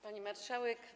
Pani Marszałek!